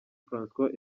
françois